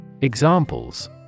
Examples